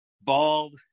bald